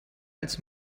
als